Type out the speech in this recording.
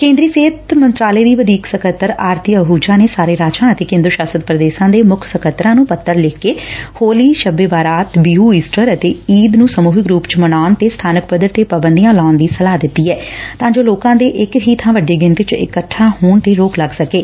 ਕੇਂਦਰੀ ਸਿਹਤ ਮੰਤਰਾਲੇ ਦੀ ਵਧੀਕ ਸਕੱਤਰ ਆਰਤੀ ਅਹੁਜਾ ਨੇ ਸਾਰੇ ਰਾਜਾਂ ਅਤੇ ਕੇਂਦਰ ਸ਼ਾਸਤ ਪ੍ਰਦੇਸਾਂ ਦੇ ਮੁੱਖ ਸਕੱਤਰਾਂ ਨੂੰ ਪੱਤਰ ਲਿਖਕੇ ਹੋਲੀ ਸਬ ਏ ਬਾਰਾਤ ਬੀਹੂ ਈਸਟਰ ਅਤੇ ਈਦ ਨੂੰ ਸਮੂਹਿਕ ਰੂਪ ਚ ਮਨਾਉਣ ਤੇ ਸਬਾਨਕ ਪੱਧਰ ਤੇ ਪਾਬੰਦੀਆਂ ਲਾਉਣ ਦੀ ਸਲਾਹ ਦਿੱਤੀ ਐ ਤਾਂ ਜੋ ਲੋਕਾਂ ਦੇ ਇਕ ਹੀ ਥਾਂ ਵੱਡੀ ਗਿਣਤੀ ਚ ਇਕੱਠਾ ਹੋਣ ਤੇ ਰੋਕ ਲਗ ਸਕੇ